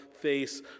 face